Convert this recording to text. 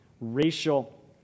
racial